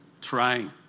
trying